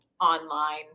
online